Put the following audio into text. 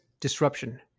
disruption